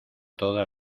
toda